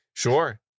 sure